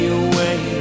away